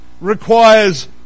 requires